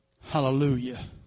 Hallelujah